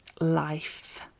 life